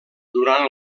durant